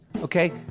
okay